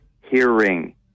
hearing